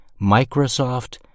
Microsoft